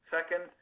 Second